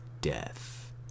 death